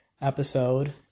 episode